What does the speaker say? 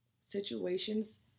situations